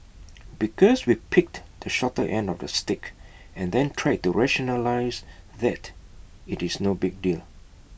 because we picked the shorter end of the stick and then tried to rationalise that IT is no big deal